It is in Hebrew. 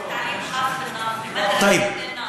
מדרסת א-תעלים אל-ח'אס' בא-נאס'רה.